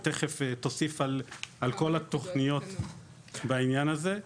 היא תכף תוסיף על כל התוכניות בעניין הזה.